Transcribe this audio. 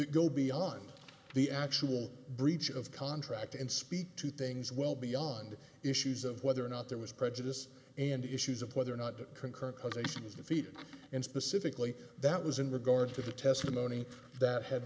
go beyond the actual breach of contract and speak to things well beyond issues of whether or not there was prejudice and issues of whether or not concurrent quotations to feed and specifically that was in regard to the testimony that had